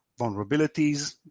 vulnerabilities